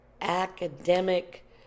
academic